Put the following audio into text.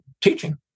teaching